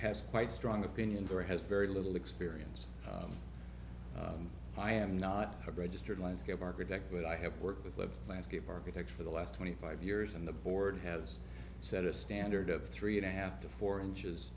has quite strong opinions or has very little experience i am not a registered landscape architect but i have worked with a landscape architect for the last twenty five years and the board has set a standard of three and a half to four inches